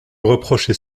reprocher